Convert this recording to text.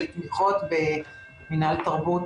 על תמיכות במינהל תרבות,